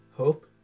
hope